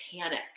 panic